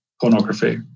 pornography